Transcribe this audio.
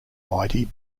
mighty